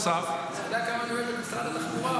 אתה יודע כמה אני אוהב את משרד התחבורה,